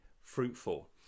fruitful